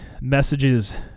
messages